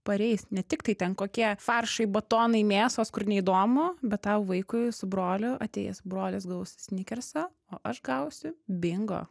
pareis ne tiktai ten kokie varšai batonai mėsos kur neįdomu bet tau vaikui su broliu atėjęs brolis gaus snikersą o aš gausiu bingo